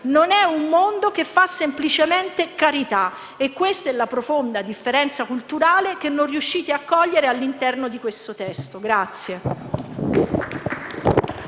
civica. Non fa semplicemente carità. E questa è la profonda differenza culturale che non riuscite a cogliere all'interno di questo testo.